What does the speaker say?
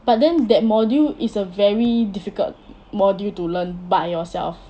but then that module is a very difficult module to learn by yourself